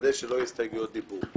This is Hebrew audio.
לוודא שלא יהיו הסתייגויות דיבור.